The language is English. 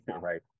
right